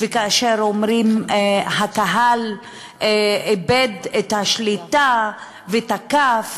וכאשר אומרים "הקהל איבד את השליטה ותקף",